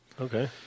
Okay